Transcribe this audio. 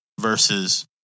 Versus